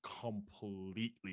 completely